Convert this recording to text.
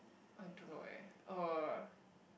I don't know eh uh